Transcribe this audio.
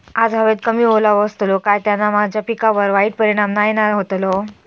आज हवेत कमी ओलावो असतलो काय त्याना माझ्या पिकावर वाईट परिणाम नाय ना व्हतलो?